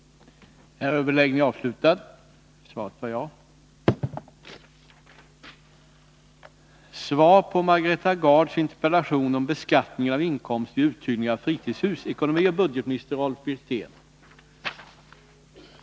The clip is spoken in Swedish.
Måndagen den